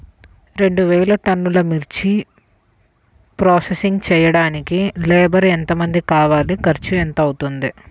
రెండు వేలు టన్నుల మిర్చి ప్రోసెసింగ్ చేయడానికి లేబర్ ఎంతమంది కావాలి, ఖర్చు ఎంత అవుతుంది?